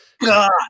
God